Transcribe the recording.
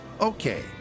Okay